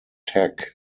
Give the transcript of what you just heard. tech